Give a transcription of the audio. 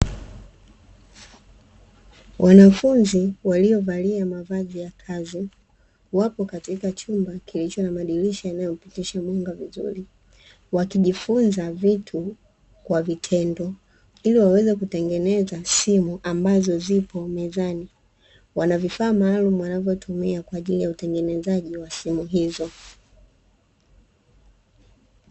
Wanafunzi waliovalia mavazi ya kazi wapo katika chumba kilicho na madirisha yanayopitisha mwanga vizuri. Wakijifunza vitu kwa vitendo ili waweze kutengeneza simu ambazo zipo mezani. Wana vifaa maalumu wanavyotumia kwa ajili ya utengenezaji wa simu hizo.